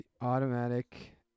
Automatic